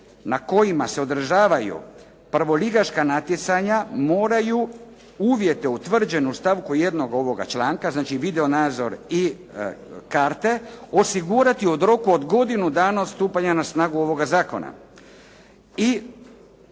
na kojima se održavaju prvoligaška natjecanja moraju uvjete utvrđene u stavku 1. ovoga članka, znači video nadzor i karte, osigurati od u roku godinu dana od stupanja na snagu ovoga zakona.".